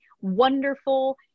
wonderful